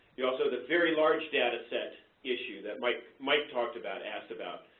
yeah also, the very large dataset issue that mike mike talked about, asked about.